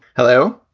hello.